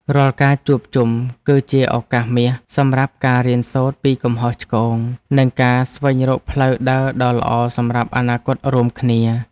រាល់ការជួបជុំ គឺជាឱកាសមាសសម្រាប់ការរៀនសូត្រពីកំហុសឆ្គង និងការស្វែងរកផ្លូវដើរដ៏ល្អសម្រាប់អនាគតរួមគ្នា។